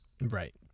right